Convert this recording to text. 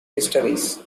histories